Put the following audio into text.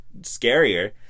scarier